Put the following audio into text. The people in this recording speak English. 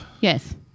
Yes